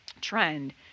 trend